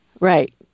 Right